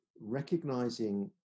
recognizing